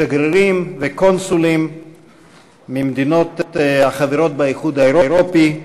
שגרירים וקונסולים ממדינות החברות באיחוד האירופי,